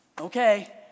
okay